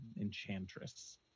enchantress